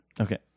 Okay